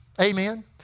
Amen